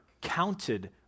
counted